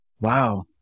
Wow